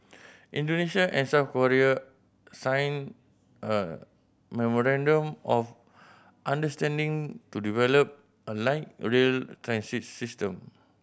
Indonesia and South Korea signed a memorandum of understanding to develop a light rail transit system